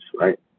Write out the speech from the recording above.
right